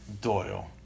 Doyle